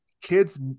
kids